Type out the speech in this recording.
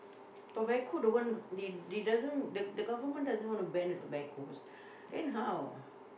tobacco the one they they doesn't the government doesn't wanna ban the tobaccos then how